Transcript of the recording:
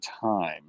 time